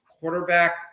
quarterback